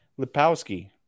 Lipowski